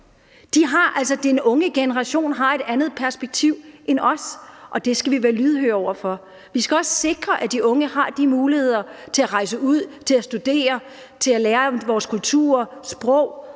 Den unge generation har altså et andet perspektiv end os, og det skal vi være lydhøre over for. Vi skal også sikre, at de unge har mulighederne for at rejse ud, for at studere, for at lære om vores kultur, sprog